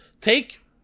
take